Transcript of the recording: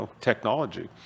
technology